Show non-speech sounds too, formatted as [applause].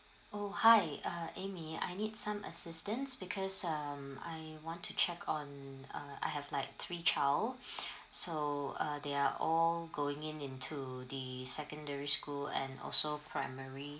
oh hi uh amy I need some assistance because um I want to check on uh I have like three child [breath] so uh they are all going in into the secondary school and also primary